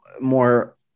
more